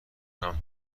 کنم